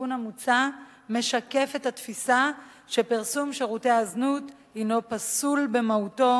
התיקון המוצע משקף את התפיסה שפרסום שירותי זנות הינו פסול במהותו,